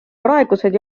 praegused